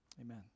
amen